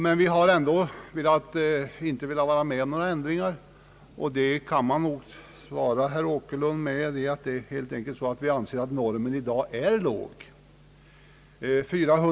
Men vi har ändå inte velat vara med om några ändringar. Vi kan nog svara herr Åkerlund att det beror på att vi anser att normerna i dag är låga.